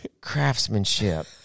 craftsmanship